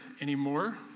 anymore